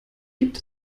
gibt